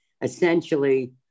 Essentially